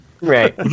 Right